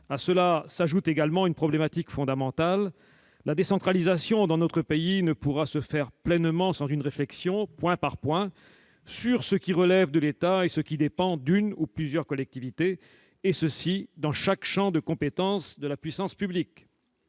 À cela s'ajoute également une problématique fondamentale : la décentralisation dans notre pays ne pourra se faire pleinement sans une réflexion, point par point, sur ce qui relève de l'État et ce qui dépend d'une ou plusieurs collectivités, dans chaque champ de compétences de la puissance publique.